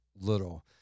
little